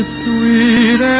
sweet